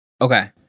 Okay